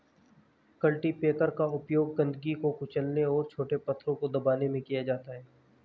cultipacker का उपयोग गंदगी को कुचलने और छोटे पत्थरों को दबाने में किया जाता है